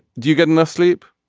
do you get enough sleep.